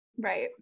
right